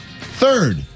Third